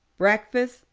breakfast,